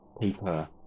paper